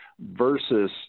versus